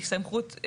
היא סמכות,